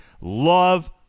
Love